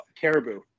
Caribou